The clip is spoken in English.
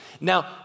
Now